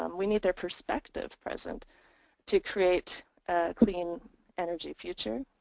um we need their perspective present to create clean energy future.